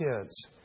kids